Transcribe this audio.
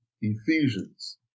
Ephesians